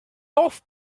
off